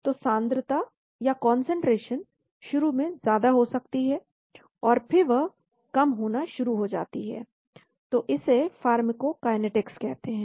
तो सान्द्रता या कान्सन्ट्रेशन शुरू में ज्यादा हो सकती है और फिर वह कम होना शुरू हो जाती है तो इसे फार्माकोकाइनेटिक्स कहते हैं